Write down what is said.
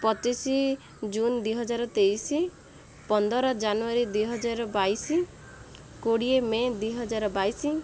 ପଚିଶ ଜୁନ୍ ଦୁଇହଜାର ତେଇଶ ପନ୍ଦର ଜାନୁଆରୀ ଦୁଇହଜାର ବାଇଶ କୋଡ଼ିଏ ମେ' ଦୁଇହଜାର ବାଇଶ